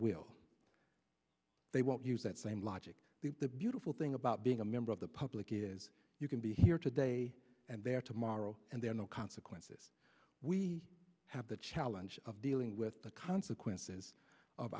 will they won't use that same logic the beautiful thing about being a member of the public is you can be here today and there tomorrow and there are no consequences we have the challenge of dealing with the consequences of